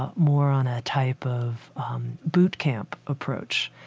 ah more on a type of boot camp approach.